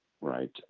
right